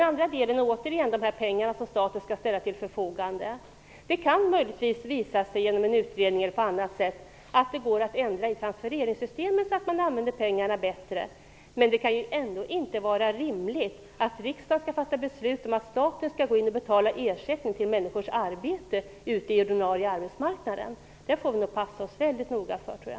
Vad åter gäller de pengar som staten skall ställa till förfogande kan det möjligtvis genom en utredning eller på annat sätt visa sig att transfereringssystemet kan ändras så, att pengarna kan användas bättre. Det kan ändock inte vara rimligt att riksdagen skall fatta beslut om att staten skall betala ersättning för människors arbete ute på den ordinarie arbetsmarknaden. Jag menar att vi bör passa oss mycket noga för detta.